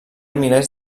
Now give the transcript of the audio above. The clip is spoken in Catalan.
milers